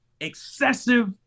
excessive